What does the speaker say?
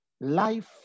life